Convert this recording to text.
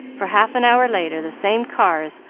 for half an hour later the same cars,